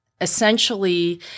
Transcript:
Essentially